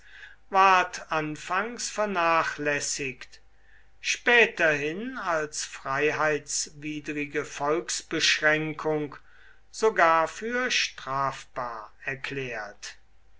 ward anfangs vernachlässigt späterhin als freiheitswidrige volksbeschränkung sogar für strafbar erklärt